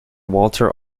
walter